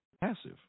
passive